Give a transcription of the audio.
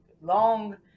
Long